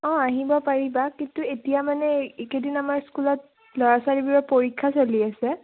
অঁ আহিব পাৰিবা কিন্তু এতিয়া মানে এইকেইদিন আমাৰ স্কুলত ল'ৰা ছোৱালীবোৰৰ পৰীক্ষা চলি আছে